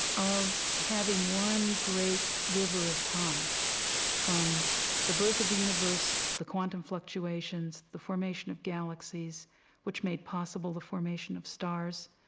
of having one great river of time from the birth of the universe, the quantum fluctuations. the formation of galaxies which made possible the formation of stars,